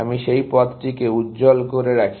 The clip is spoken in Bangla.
আমি সেই পথটিকে উজ্জ্ব্ল করা রাখি